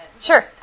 Sure